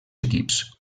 equips